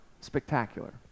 spectacular